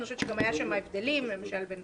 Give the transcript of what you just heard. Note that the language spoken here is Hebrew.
אני חושבת שגם היו שם הבדלים למשל בין